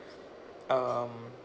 um